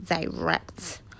direct